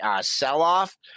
sell-off